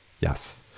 Yes